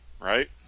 Right